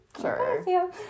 Sure